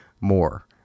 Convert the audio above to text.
more